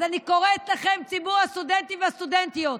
אז אני קוראת לכם, ציבור הסטודנטים והסטודנטיות: